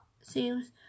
seems